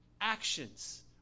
actions